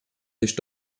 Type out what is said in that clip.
sich